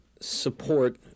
Support